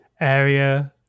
area